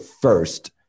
first